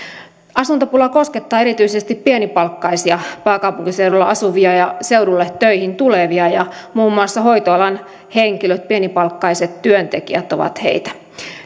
asuntopula koskettaa erityisesti pienipalkkaisia pääkaupunkiseudulla asuvia ja seudulle töihin tulevia ja muun muassa hoitoalan henkilöt pienipalkkaiset työntekijät ovat heitä